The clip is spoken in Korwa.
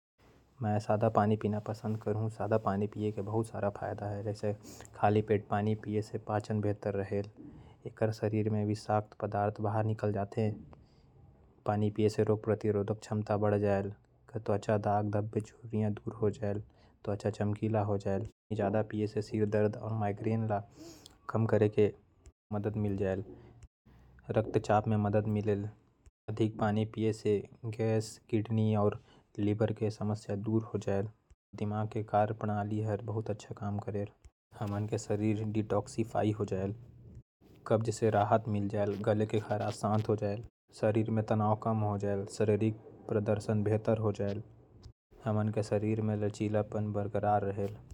मैं सदा पानी पीना पसंद करहूं। खाली पेट में पानी पीए से पेट ठीक रहेल। चेहरा ल साफ रखेल। पानी पीए से माइग्रेन के समय भी कम होयल। रक्त चाप में मदद मिलेल और सोचे के शक्ति भी बढ़ जायल।